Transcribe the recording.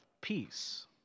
peace